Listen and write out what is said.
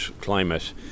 climate